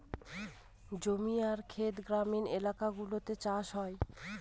জমি আর খেতে গ্রামীণ এলাকাগুলো চাষ হয়